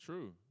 True